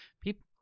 People